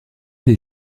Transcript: des